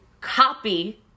copy